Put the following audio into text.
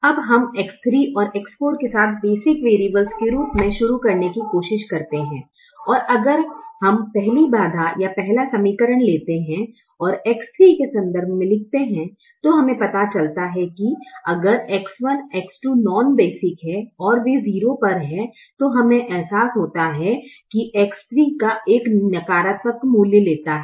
अब हम X3 और X4 के साथ बेसिक वेरिब्लस के रूप मे शुरू करने की कोशिश करते हैं और अगर हम पहली बाधा या पहला समीकरण लेते हैं और X3 के संदर्भ में लिखते हैं तो हमें पता चलता है कि अगर X1 X2 नॉन बेसिक हैं और वे 0 पर हैं तो हमें एहसास होता है कि X3 एक नकारात्मक मूल्य लेता है